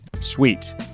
Sweet